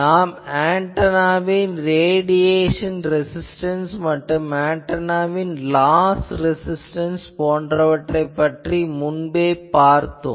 நாம் ஆன்டெனாவின் radiation resistance மற்றும் ஆன்டெனாவின் லாஸ் ரெசிஸ்டன்ஸ் போன்றவற்றைப் பற்றி நாம் முன்பே பார்த்தோம்